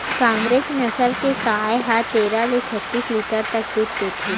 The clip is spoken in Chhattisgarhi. कांकरेज नसल के गाय ह तेरह ले छत्तीस लीटर तक दूद देथे